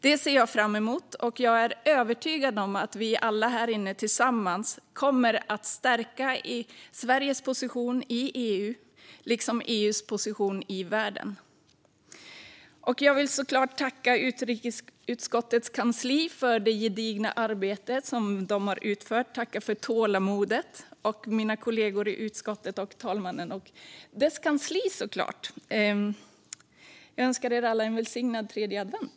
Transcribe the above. Det ser jag fram emot, och jag är övertygad om att vi alla här inne tillsammans kommer att stärka Sveriges position i EU, liksom EU:s position i världen. Jag vill tacka utrikesutskottets kansli för det gedigna arbete som utförts och för ert tålamod. Jag vill också tacka mina kollegor i utskottet och såklart talmannen med medarbetare. Jag önskar er alla en välsignad tredje advent.